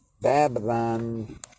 Babylon